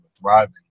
thriving